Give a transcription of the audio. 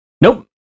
Nope